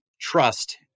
trust